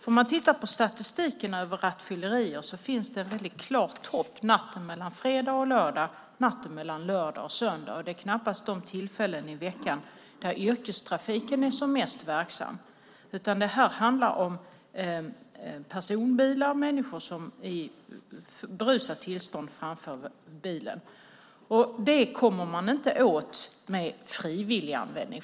Om man tittar på statistiken över rattfylleri finns det en mycket klar topp natten mellan fredag och lördag och natten mellan lördag och söndag, och det är knappast vid den tiden i veckan som yrkestrafiken är som mest verksam, utan detta handlar om personbilar och människor som i berusat tillstånd framför bilen. Det kommer man inte åt med frivilliganvändning.